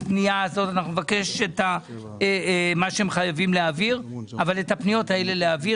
מה שהם חייבים להעביר אבל את הפניות האלה נעביר